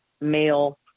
male